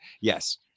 yes